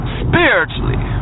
spiritually